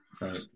Right